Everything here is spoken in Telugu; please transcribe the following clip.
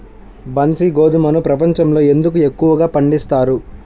బన్సీ గోధుమను ప్రపంచంలో ఎందుకు ఎక్కువగా పండిస్తారు?